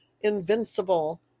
invincible